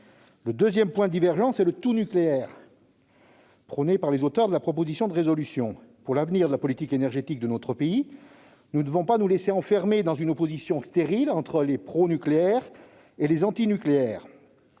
Le deuxième point de divergence est le tout-nucléaire prôné par les auteurs de la proposition de résolution. Pour l'avenir de la politique énergétique de notre pays, nous ne devons pas nous laisser enfermer dans une opposition stérile entre les pro-nucléaires et les anti-nucléaires.